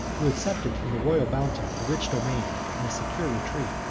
who accepted from the royal bounty a rich domain, and a secure retreat,